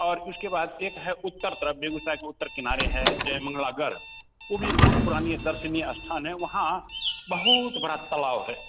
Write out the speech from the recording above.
और इसके बाद एक है उत्तर तरफ़ बेगूसराय के उत्तर के किनारे है जय मंगला गढ़ वह भी एक बहुत पुरानी एक दर्शनीय स्थान है वहाँ बहुत बड़ा तलाब है